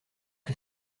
que